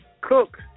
Cook